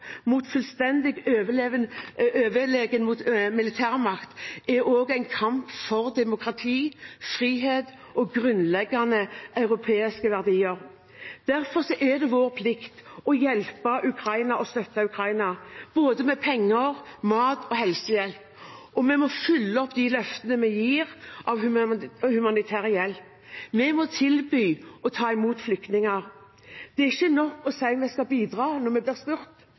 mot en fullstendig overlegen militærmakt er også en kamp for demokrati, frihet og grunnleggende europeiske verdier. Derfor er det vår plikt å hjelpe og støtte Ukraina, med både penger, mat og helsehjelp, og vi må følge opp de løftene vi gir om humanitær hjelp. Vi må tilby å ta imot flyktninger. Det er ikke nok å si at vi skal bidra når vi blir spurt.